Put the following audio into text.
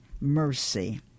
mercy